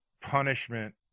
punishment